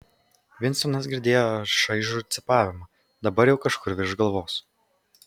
vinstonas girdėjo šaižų cypavimą dabar jau kažkur virš galvos